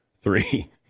three